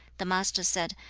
the master said,